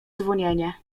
dzwonienie